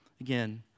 Again